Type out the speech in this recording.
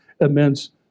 immense